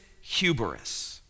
Hubris